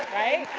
right?